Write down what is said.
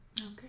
Okay